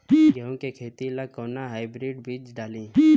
गेहूं के खेती ला कोवन हाइब्रिड बीज डाली?